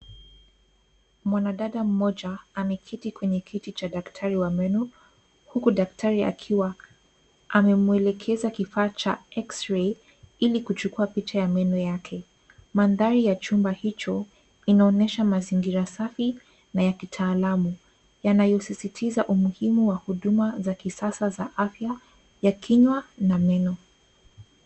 Mwanadada mmoja ameketi kwenye kiti cha daktari wa meno huku daktari akiwa amemwelekeza kifaa cha X-ray ili kuchukua picha ya meno yake. Mandhari ya chumba hicho inaonyesha mazingira safi na ya kitaalamu, yanayosisitiza umuhimu wa huduma za kisasa za afya ya kinywa na meno.